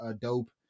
Dope